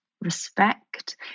respect